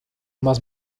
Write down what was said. más